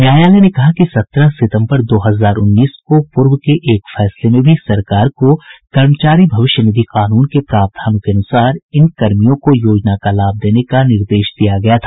न्यायालय ने कहा सत्रह सितंबर दो हजार उन्नीस को पूर्व के एक फैसले में भी सरकार को कर्मचारी भविष्य निधि कानून के प्रावधानों के अनुसार इन कर्मियों को योजना का लाभ देने का निर्देश दिया गया था